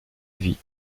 vie